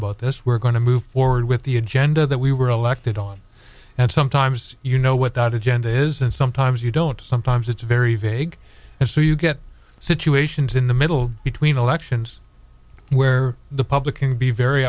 about this we're going to move forward with the agenda that we were elected on and sometimes you know what that agenda is and sometimes you don't sometimes it's very vague and so you get situations in the middle between elections where the public can be very